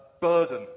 burden